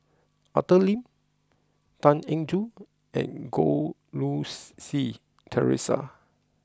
Arthur Lim Tan Eng Joo and Goh Rui Si Theresa